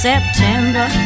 September